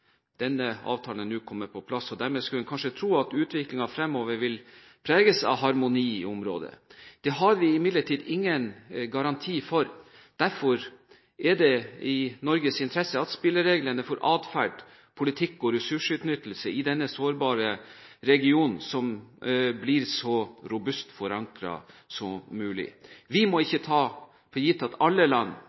Denne avtalen er nå kommet på plass, og dermed skulle en kanskje tro at utviklingen fremover vil preges av harmoni i området. Det har vi imidlertid ingen garanti for. Derfor er det i Norges interesse at spillereglene for adferd, politikk og ressursutnyttelse i denne sårbare regionen blir så robust forankret som mulig. Vi må ikke ta for gitt at alle land,